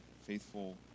faithful